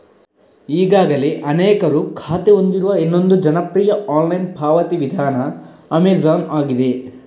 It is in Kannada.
ಈಗಾಗಲೇ ಅನೇಕರು ಖಾತೆ ಹೊಂದಿರುವ ಇನ್ನೊಂದು ಜನಪ್ರಿಯ ಆನ್ಲೈನ್ ಪಾವತಿ ವಿಧಾನ ಅಮೆಜಾನ್ ಆಗಿದೆ